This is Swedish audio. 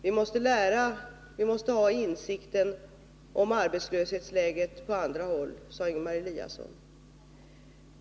Vi måste lära, vi måste ha insikt om arbetslöshetsläget på andra håll, sade Ingemar Eliasson.